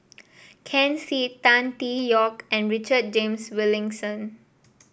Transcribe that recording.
Ken Seet Tan Tee Yoke and Richard James Wilkinson